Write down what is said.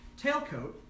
tailcoat